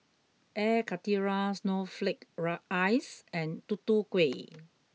air karthira snowflake ice and tutu kueh